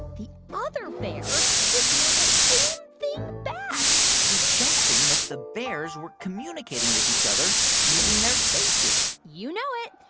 the other bear would do the same thing back suggesting that the bears were communicating with each other using their faces you know it.